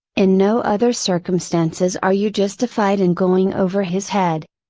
in no other circumstances are you justified in going over his head.